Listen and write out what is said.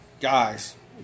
guys